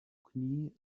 knie